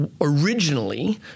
originally